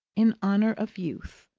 in honour of youth,